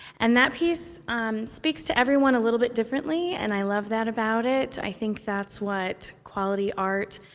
and that piece speaks to everyone a little bit differently, and i love that about it. i think that's what quality art,